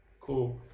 cool